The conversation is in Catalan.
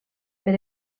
per